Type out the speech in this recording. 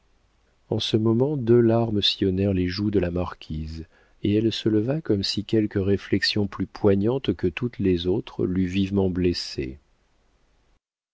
en ce moment deux larmes sillonnèrent les joues de la marquise et elle se leva comme si quelque réflexion plus poignante que toutes les autres l'eût vivement blessée